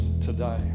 today